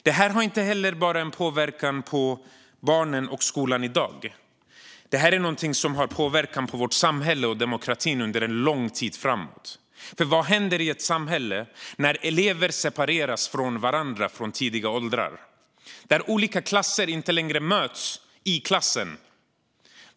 Det här har inte bara påverkan på barnen och skolan i dag; det här är någonting som kommer att ha påverkan på vårt samhälle och på demokratin under lång tid framåt. För vad händer i ett samhälle när elever separeras från varandra från tidig ålder? Vad händer när olika samhällsklasser inte längre möts i klassen?